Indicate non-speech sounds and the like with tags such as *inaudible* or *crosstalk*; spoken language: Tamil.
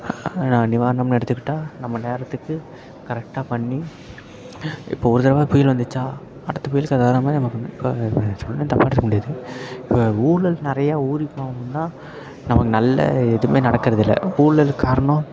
பிளஸ் நிவாரணம்னு எடுத்துக்கிட்டால் நம்ம நேரத்துக்கு கரெக்டாக பண்ணி இப்போ ஒரு தடவை புயல் வந்துச்சா அடுத்த புயல் *unintelligible* வாராத மாதிரி இப்போ சொல்கிறேன்னு தப்பாக எடுத்துக்க முடியாது இப்போ ஊழல் நிறையா ஊறி போகவும் தான் நமக்கு நல்ல எதுவுமே நடக்கிறது இல்லை ஊழல்க்கு காரணம்